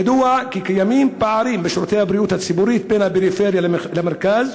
ידוע כי קיימים פערים בשירותי הבריאות הציבורית בין הפריפריה למרכז,